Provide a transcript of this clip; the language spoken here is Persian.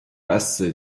بسه